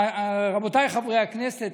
רבותיי חברי הכנסת,